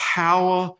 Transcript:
power